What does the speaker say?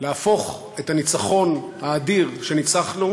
להפוך את הניצחון האדיר שניצחנו